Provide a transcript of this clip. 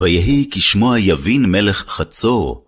ויהי כשמוע יבין מלך חצור.